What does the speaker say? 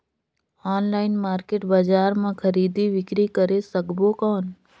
Online market बजार मां खरीदी बीकरी करे सकबो कौन?